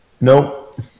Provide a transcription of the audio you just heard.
Nope